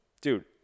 dude